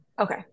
Okay